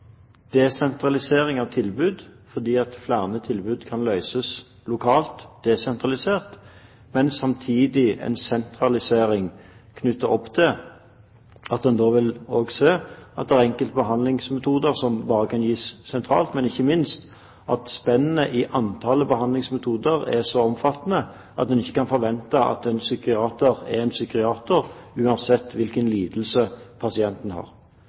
desentralisering av tilbud, fordi flere tilbud kan løses lokalt, desentralisert, og samtidig en sentralisering, knyttet opp til at en da også vil se at det er enkelte behandlingsmetoder som bare kan gis sentralt. Ikke minst er spennet i antall behandlingsmetoder så omfattende at en ikke kan forvente at en psykiater er en psykiater uansett hvilken lidelse pasienten har.